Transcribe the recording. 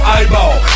Eyeball